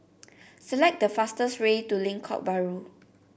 select the fastest way to Lengkok Bahru